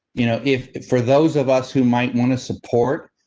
you know, if for those of us who might want to support.